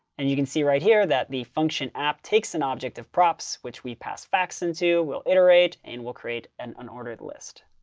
and you can see right here that the function app takes an object of props, which we passed facts into. we'll iterate. and we'll create an unordered list.